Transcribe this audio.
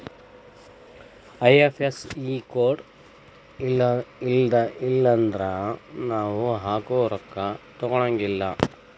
IFSC code ಇಲ್ಲನ್ದ್ರ ನಾವ್ ಹಾಕೊ ರೊಕ್ಕಾ ತೊಗೊಳಗಿಲ್ಲಾ